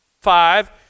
five